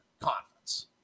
Conference